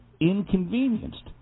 inconvenienced